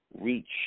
reach